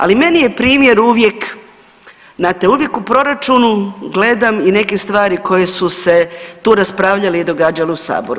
Ali meni je primjer uvijek, znate uvijek u proračunu gledam i neke stvari koje su se tu raspravljale i događale u Saboru.